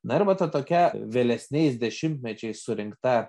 na ir va ta tokia vėlesniais dešimtmečiais surinkta